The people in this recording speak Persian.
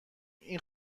این